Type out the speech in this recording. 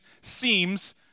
seems